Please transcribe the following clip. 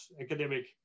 academic